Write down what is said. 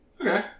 Okay